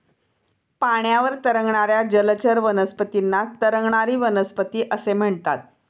पाण्यावर तरंगणाऱ्या जलचर वनस्पतींना तरंगणारी वनस्पती असे म्हणतात